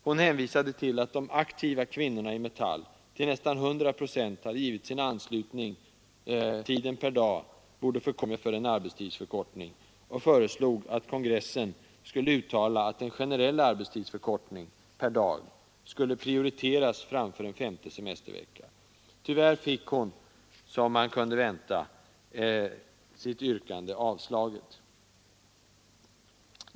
Hon hänvisade till att de aktiva kvinnorna i Metall till nästan hundra procent hade givit sin anslutning till tanken att arbetstiden per dag borde förkortas, om det fanns utrymme för en arbetstidsförkortning, och föreslog att kongressen skulle uttala, att en generell arbetstidsförkortning per dag skulle prioriteras framför en femte semestervecka. Tyvärr fick hon — som man kunde vänta — sitt yrkande avslaget.